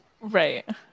Right